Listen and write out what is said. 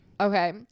okay